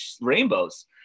rainbows